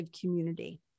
community